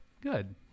Good